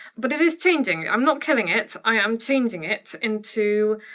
but it is changing, i'm not killing it. i am changing it into,